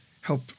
help